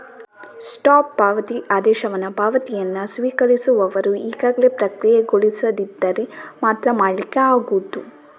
stop ಪಾವತಿ ಆದೇಶವನ್ನ ಪಾವತಿಯನ್ನ ಸ್ವೀಕರಿಸುವವರು ಈಗಾಗಲೇ ಪ್ರಕ್ರಿಯೆಗೊಳಿಸದಿದ್ದರೆ ಮಾತ್ರ ಮಾಡ್ಲಿಕ್ಕೆ ಆಗುದು